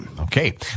Okay